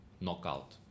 knockout